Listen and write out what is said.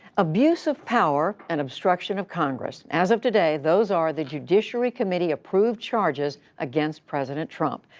abuse of power and obstruction of congress, as of today, those are the judiciary committee-approved charges against president trump.